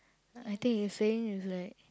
I think he's saying he's like